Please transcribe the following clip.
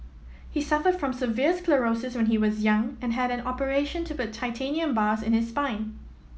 he suffered from severe sclerosis when he was young and had an operation to put titanium bars in his spine